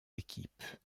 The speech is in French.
équipes